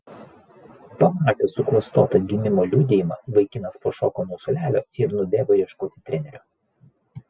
pamatęs suklastotą gimimo liudijimą vaikinas pašoko nuo suolelio ir nubėgo ieškoti trenerio